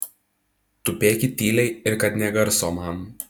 tupėkit tyliai ir kad nė garso man